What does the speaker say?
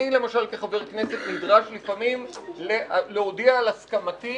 אני כחבר כנסת נדרש לפעמים להודיע על הסכמתי